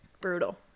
Brutal